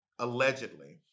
allegedly